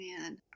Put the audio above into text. man